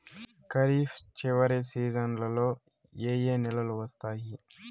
ఖరీఫ్ చివరి సీజన్లలో ఏ ఏ నెలలు వస్తాయి